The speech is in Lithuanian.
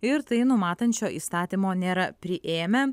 ir tai numatančio įstatymo nėra priėmę